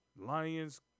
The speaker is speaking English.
Lions